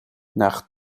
nach